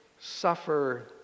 suffer